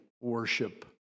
worship